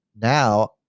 now